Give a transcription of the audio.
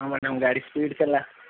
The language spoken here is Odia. ହଁ ମ୍ୟାଡାମ ଗାଡି ସ୍ପୀଡ଼ ଥିଲା